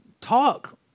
talk